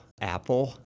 apple